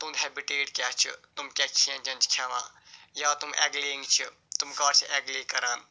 تُہُنٛد ہیبِٹیٹ کیٛاہ چھُ تِم کیٛاہ چھِ کھٮ۪ن چٮ۪ن چھِ کھٮ۪وان یا تِم اٮ۪گلے ینٛگ چھِ تِم کر چھِ اٮ۪گلے کَران